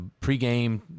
pregame